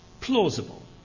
plausible